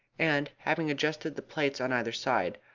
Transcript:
and having adjusted the plates on either side,